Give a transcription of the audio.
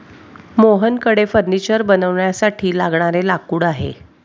मोहनकडे फर्निचर बनवण्यासाठी लागणारे लाकूड आहे